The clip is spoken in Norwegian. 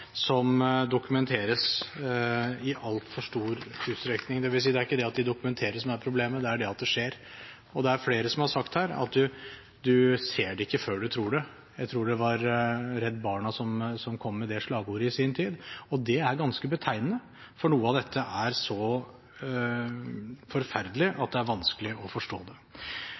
som dokumenteres i altfor stor utstrekning, dvs. det er ikke det at de dokumenteres som er problemet, men det er det at det skjer. Det er flere som har sagt her at en ser det ikke før en tror det – jeg tror det var Redd Barna som kom med det slagordet i sin tid. Det er ganske betegnende, for noe av dette er så forferdelig